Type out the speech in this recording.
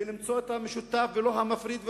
ולמצוא את המשותף ולא את המפריד והמפלג,